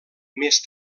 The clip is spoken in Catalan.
més